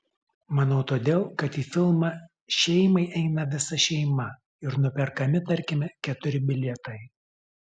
manau todėl kad į filmą šeimai eina visa šeima ir nuperkami tarkime keturi bilietai